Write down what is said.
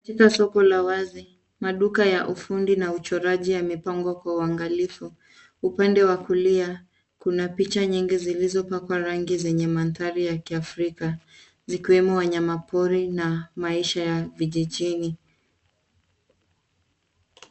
Katika soko la wazi, maduka ya ufundi na uchoraji yamepangwa kwa uangalifu. Upande wa kulia kuna picha nyingi zilipakwa rangi zenye mandhari ya kiafrika zikiwemo wanyama pori na maisha ya vijijini.